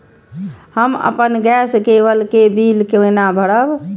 हम अपन गैस केवल के बिल केना भरब?